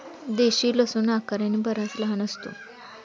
देशी लसूण आकाराने बराच लहान असतो